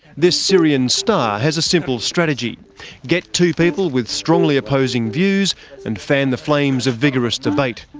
this syrian star has a simple strategy get two people with strongly opposing views and fan the flames of vigorous debate.